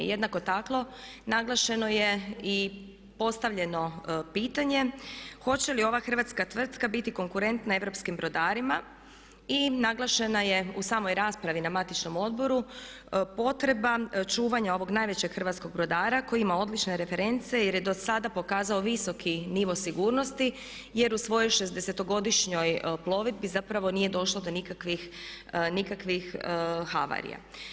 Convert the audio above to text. Jednako tako naglašeno je i postavljeno pitanje hoće li ova hrvatska tvrtka biti konkurentna europskim brodarima i naglašena je u samoj raspravi na matičnom odboru potreba čuvanja ovog najvećeg hrvatskog brodara koji ima odlične reference jer je do sada pokazao visoki nivo sigurnosti jer u svojoj 60.-godišnjoj plovidbi zapravo nije došlo do nikakvih havarija.